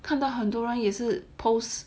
看到很多人也是 post